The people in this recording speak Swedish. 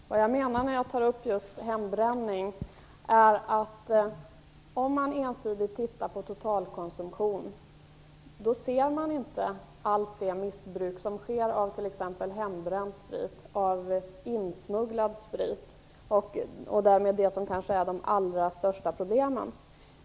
Herr talman! Vad jag menar när jag tar upp just hembränning är, att om man ensidigt tittar på totalkonsumtion ser man inte allt det missbruk som sker av t.ex. hembränd sprit och insmugglad sprit och därmed det som kanske är det allra största problemet.